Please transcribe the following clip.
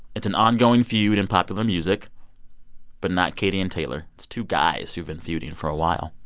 it's an ongoing feud in popular music but not katy and taylor. it's two guys who've been feuding for a while,